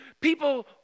People